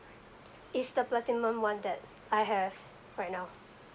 is the platinum one that I have right now